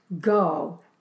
go